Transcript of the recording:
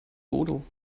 bodo